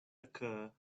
occur